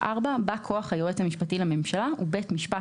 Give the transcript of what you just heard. (4)בא כוח היועץ המשפטי לממשלה ובית משפט